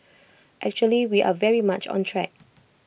actually we are very much on track